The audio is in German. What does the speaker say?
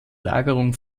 lagerung